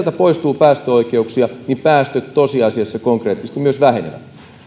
poistuu päästöoikeuksia niin päästöt tosiasiassa konkreettisesti myös vähenevät